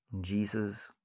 Jesus